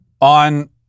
on